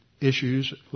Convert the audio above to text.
issues